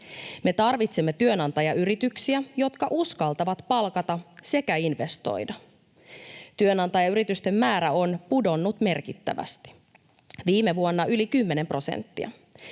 Me tarvitsemme työnantajayrityksiä, jotka uskaltavat palkata sekä investoida. Työnantajayritysten määrä on pudonnut merkittävästi, viime vuonna yli 10 prosenttia.